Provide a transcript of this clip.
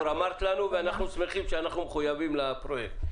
אמרת לנו ואנחנו שמחים שאנחנו מחויבים לפרויקט.